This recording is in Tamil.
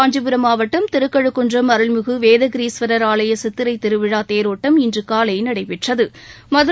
காஞ்சிபுரம் மாவட்டம் திருக்கழுக்குன்றம் அருள்மிகு வேதகிரீஸ்வரர் ஆலய சித்திரைத் திருவிழா தேரோட்டம் இன்று காலை நடைபெற்றது